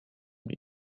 und